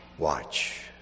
Watch